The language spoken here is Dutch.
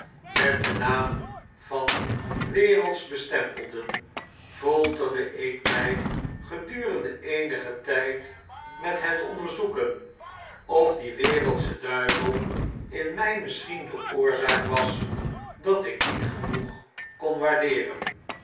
met den naam van wereldsch bestempelden folterde ik my gedurende eenigen tijd met het onderzoeken of die wereldsche duivel in my misschien de oorzaak was dat ik niet genoeg kon waardeeren